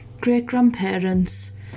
great-grandparents